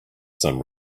some